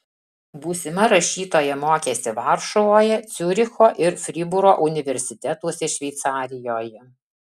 būsima rašytoja mokėsi varšuvoje ciuricho ir fribūro universitetuose šveicarijoje